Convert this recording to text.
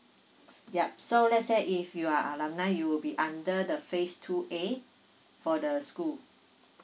yup so let's say if you are a alumni you will be under the phase two A for the school